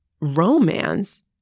romance